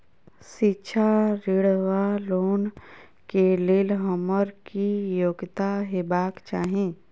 शिक्षा ऋण वा लोन केँ लेल हम्मर की योग्यता हेबाक चाहि?